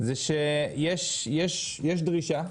שיש דרישה,